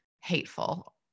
hateful